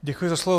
Děkuji za slovo.